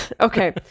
okay